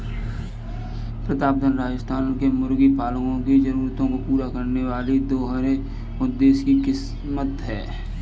प्रतापधन राजस्थान के मुर्गी पालकों की जरूरतों को पूरा करने वाली दोहरे उद्देश्य की किस्म है